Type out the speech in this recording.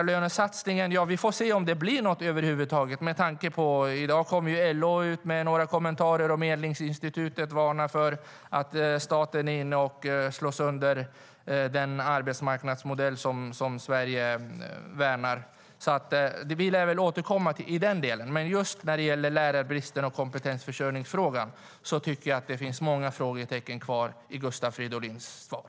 Vi får se om det blir något med lärarlönesatsningen. I dag kom LO ut med några kommentarer, och Medlingsinstitutet varnar för att staten slår sönder den arbetsmarknadsmodell som Sverige värnar. Vi lär väl återkomma i den delen. Just när det gäller lärarbristen och kompetensförsörjningsfrågan finns många frågetecken kvar i Gustav Fridolins svar.